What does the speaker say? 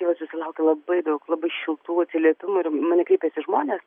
jau susilaukė labai daug labai šiltų atsiliepimų ir mane kreipėsi žmonės